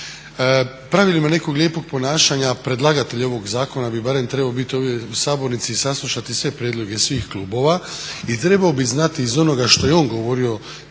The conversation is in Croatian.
Pravilima nekog lijepog ponašanja predlagatelj ovog zakona bi barem trebao biti ovdje u sabornici i saslušati sve prijedloge, svih klubova i trebao bi znati iz onoga što je on govorio